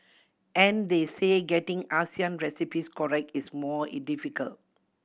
and they say getting Asian recipes correct is more difficult